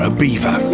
ah beaver,